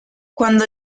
cuando